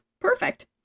Perfect